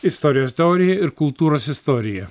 istorijos teorija ir kultūros istorija